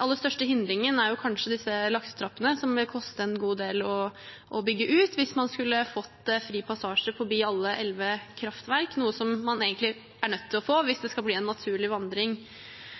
aller største hindringen er kanskje disse laksetrappene, som det vil koste en god del å bygge ut hvis man skal få fri passasje forbi alle elleve kraftverk, noe man egentlig er nødt til å få hvis det skal bli en naturlig vandring.